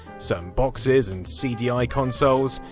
some boxes and cdi consoles,